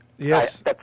Yes